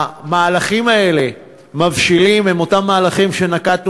המהלכים האלה שמבשילים הם אותם מהלכים שנקטנו